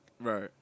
Right